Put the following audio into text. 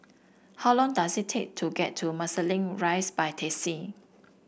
how long does it take to get to Marsiling Rise by taxi